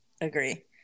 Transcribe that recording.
agree